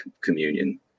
communion